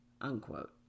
unquote